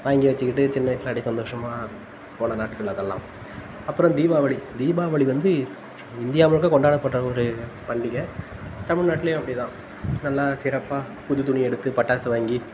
வாங்கி வச்சுக்கிட்டு சின்ன வயசில் அப்படியே சந்தோஷமாக போன நாட்கள் அதெல்லாம் அப்புறம் தீபாவளி தீபாவளி வந்து இந்தியா முழுக்க கொண்டாடப்படுற ஒரு பண்டிகை தமிழ்நாட்லேயும் அப்படித்தான் நல்லா சிறப்பாக புது துணி எடுத்து பட்டாசு வாங்கி